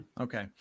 Okay